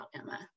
Emma